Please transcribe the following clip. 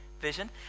vision